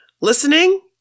listening